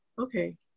okay